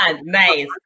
nice